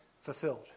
fulfilled